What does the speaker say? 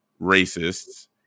racists